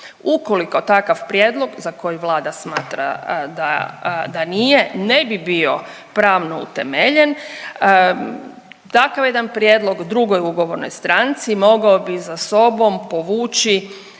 Ukoliko takav prijedlog za koji Vlada smatra da nije ne bi bio pravno utemeljen. Takav jedan prijedlog drugoj ugovornoj stranci mogao bi za sobom povući